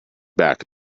back